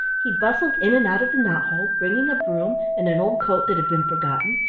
he bustled in and out of the knot-hole, bringing a broom and an old coat that had been forgotten,